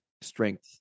strength